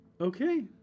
Okay